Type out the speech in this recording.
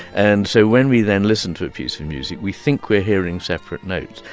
and so when we then listen to a piece of music, we think we're hearing separate notes.